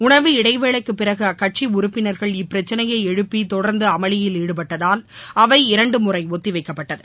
உணவு இடைவேளைக்குப் பிறகு அக்கட்சிஉறுப்பினர்கள் இப்பிரக்கனையைஎழுப்பிதொடர்ந்து அமளியில் ஈடுபட்டதால் அவை இரண்டுமுறைஒத்திவைக்கப்பட்டது